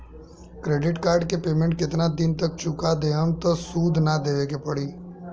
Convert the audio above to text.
Credit card के payment केतना दिन तक चुका देहम त सूद ना देवे के पड़ी?